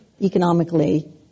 economically